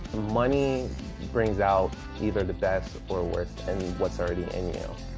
money brings out either the best or worst in what's already in you.